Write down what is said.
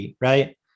right